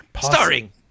starring